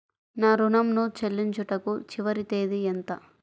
నా ఋణం ను చెల్లించుటకు చివరి తేదీ ఎంత?